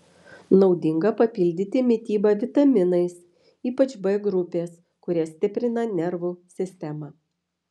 naudinga papildyti mitybą vitaminais ypač b grupės kurie stiprina nervų sistemą